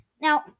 Now